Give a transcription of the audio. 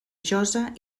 josa